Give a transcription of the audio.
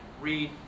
read